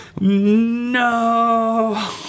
No